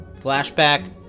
Flashback